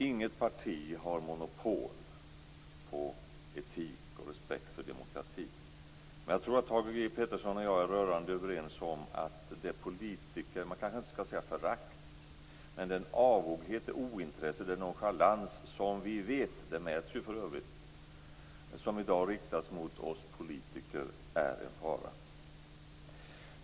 Inget parti har monopol på etik och respekt för demokrati, men jag tror att Thage G Peterson och jag är rörande överens om att, man kanske inte skall säga förakt, men den avoghet, det ointresse och den nonchalans som vi vet i dag riktas mot oss politiker är en fara.